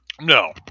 No